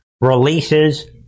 releases